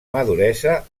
maduresa